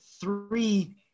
three –